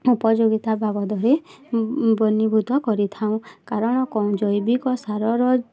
ଉପଯୋଗିତା ବାବଦରେ ବନିବୁଦ୍ଧ କରିଥାଉ କାରଣ ଜୈବିକ ସାରର